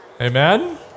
Amen